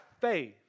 faith